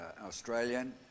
Australian